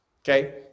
Okay